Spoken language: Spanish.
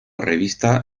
revista